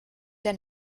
der